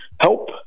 help